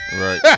right